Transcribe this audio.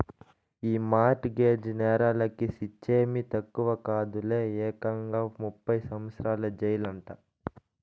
ఈ mortgage నేరాలకి శిచ్చేమీ తక్కువ కాదులే, ఏకంగా ముప్పై సంవత్సరాల జెయిలంట